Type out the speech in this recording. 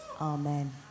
Amen